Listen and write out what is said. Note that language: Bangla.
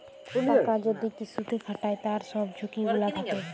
টাকা যদি কিসুতে খাটায় তার সব ঝুকি গুলা থাক্যে